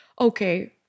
okay